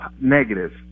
negative